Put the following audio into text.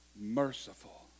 merciful